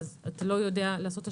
אתה לא יודע לעשות השוואה,